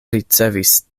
ricevis